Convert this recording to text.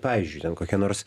pavyzdžiui ten kokia nors